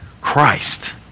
christ